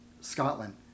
Scotland